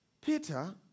Peter